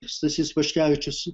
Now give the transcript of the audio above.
stasys paškevičius